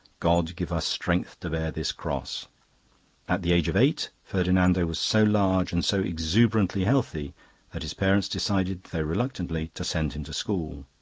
god give us strength to bear this cross at the age of eight ferdinando was so large and so exuberantly healthy that his parents decided, though reluctantly, to send him to school.